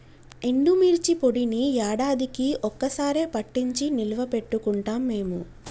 ఎండుమిర్చి పొడిని యాడాదికీ ఒక్క సారె పట్టించి నిల్వ పెట్టుకుంటాం మేము